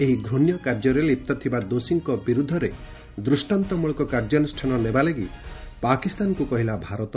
ଏହି ଘୃଣ୍ୟ କାର୍ଯ୍ୟରେ ଲିପ୍ତଥିବା ଦୋଷୀଙ୍କ ବିରୁଦ୍ଧରେ ଦୃଷ୍ଟାନ୍ତମଳକ କାର୍ଯ୍ୟାନୁଷ୍ଠାନ ନେବା ଲାଗି ପାକିସ୍ତାନକୁ କହିଲା ଭାରତ